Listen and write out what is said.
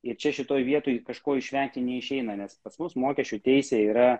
ir čia šitoje vietoje kažko išvengti neišeina nes pas mus mokesčių teisė yra